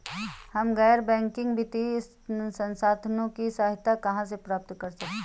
हम गैर बैंकिंग वित्तीय संस्थानों की सहायता कहाँ से प्राप्त कर सकते हैं?